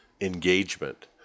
engagement